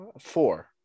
four